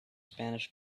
spanish